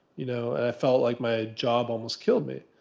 you know i felt like my job almost killed me,